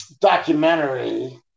documentary